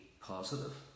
positive